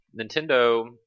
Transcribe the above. Nintendo